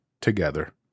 together